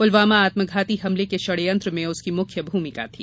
प्लवामा आत्मघाती हमले के षडयंत्र में उसकी मुख्य भूमिका थी